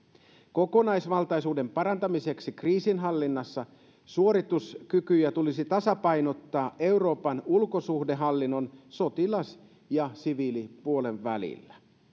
kokonaisvaltaisuuden parantamiseksi kriisinhallinnassa suorituskykyjä tulisi tasapainottaa euroopan ulkosuhdehallinnon sotilas ja siviilipuolen välillä